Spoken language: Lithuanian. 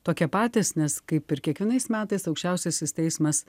tokie patys nes kaip ir kiekvienais metais aukščiausiasis teismas